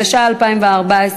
התשע"ה 2014,